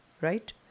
right